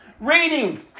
reading